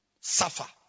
Suffer